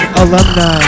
alumni